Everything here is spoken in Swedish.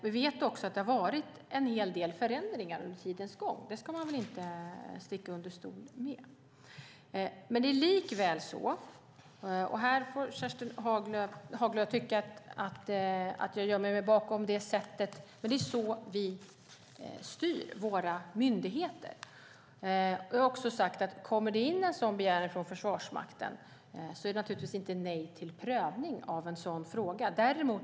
Vi vet också att det har varit en hel del förändringar under årens gång; det ska man inte sticka under stol med. Det är likväl så - och här får Kerstin Haglö tycka att jag gömmer mig - att det är så vi styr våra myndigheter. Jag har också sagt att det naturligtvis inte blir nej till prövning av frågan om det kommer in en sådan begäran.